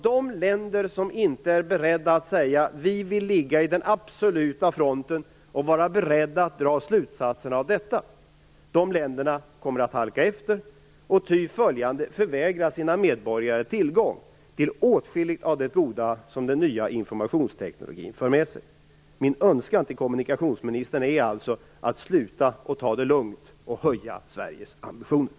De länder som inte är beredda att säga: Vi vill ligga i den absoluta fronten och vara beredda att dra slutsatser av detta, de länderna kommer att halka efter och ty följande förvägra sina medborgare tillgång till åtskilligt av det goda som den nya informationstekniken för med sig. Min önskan till kommunikationsministern är alltså att sluta att ta det lugnt och höja Sveriges ambitioner.